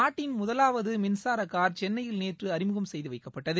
நாட்டின் முதலாவது மின்சார கார் சென்னையில் நேற்று அறிமுகம் செய்து வைக்கப்பட்டது